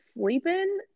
sleeping